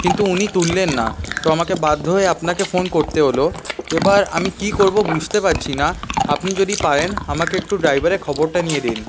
কিন্তু উনি তুললেন না তো আমাকে বাধ্য হয়ে আপনাকে ফোন করতে হলো এবার আমি কি করব বুঝতে পারছি না আপনি যদি পারেন আমাকে একটু ড্রাইভারের খবরটা নিয়ে দিন